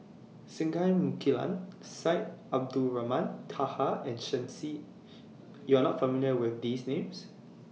Singai Mukilan Syed Abdulrahman Taha and Shen Xi YOU Are not familiar with These Names